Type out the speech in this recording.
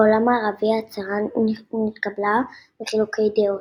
בעולם הערבי ההצהרה נתקבלה בחילוקי דעות,